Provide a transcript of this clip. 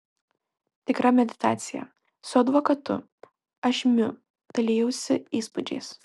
tikra meditacija su advokatu ašmiu dalijausi įspūdžiais